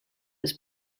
his